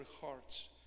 hearts